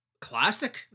classic